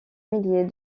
milliers